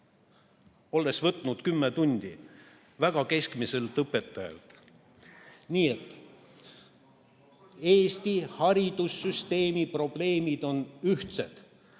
olles võtnud kümme tundi väga keskmiselt keeleõpetajalt? Nii et Eesti haridussüsteemi probleemid on ühtsed,